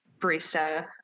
barista